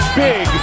big